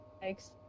thanks